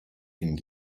den